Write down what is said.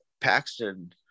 Paxton